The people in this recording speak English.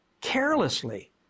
carelessly